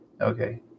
Okay